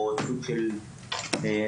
או סוג של מנגנון,